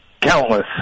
Countless